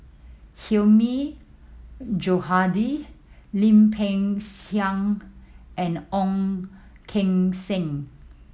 Hilmi Johandi Lim Peng Siang and Ong Keng Sen